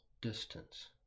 distance